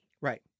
Right